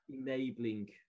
enabling